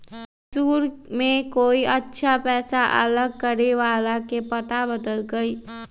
मैसूर में कोई अच्छा पैसा अलग करे वाला के पता बतल कई